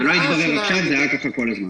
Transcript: זה לא התברר עכשיו, זה היה ככה כל הזמן.